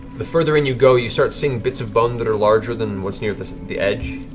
the further in you go, you start seeing bits of bone that are larger than what's near the the edge.